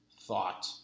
thought